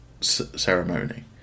ceremony